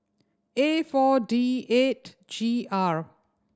A Four D eight G R